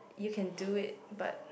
you can do it but